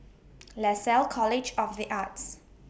Lasalle College of The Arts